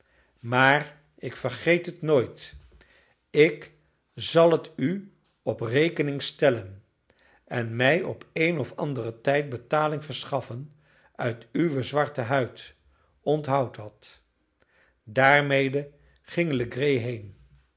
maar ik vergeet het nooit ik zal het u op rekening stellen en mij op een of anderen tijd betaling verschaffen uit uwe zwarte huid onthoud dat daarmede ging legree heen